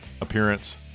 appearance